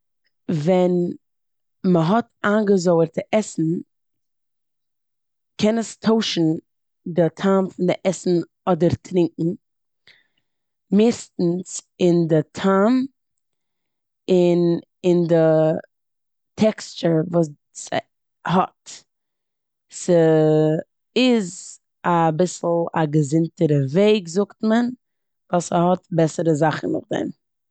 ווען מ'האט איינגעזויערטע עסן קען עס טוישן די טעם פון די עסן אדער טרונקען, מערסטנס אין די טעם און אין די טעקסטשער וואס ס'האט. ס'איז אביסל א געזונטערע וועג זאגט מען ווייל ס'האט בעסערע זאכן נאכדעם.